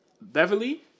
Beverly